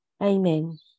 Amen